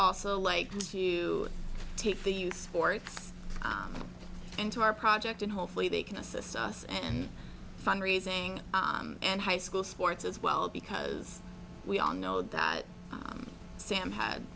also like to take the use forth into our project and hopefully they can assist us and fund raising and high school sports as well because we all know that sam had